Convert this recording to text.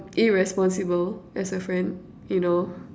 irresponsible as a friend you know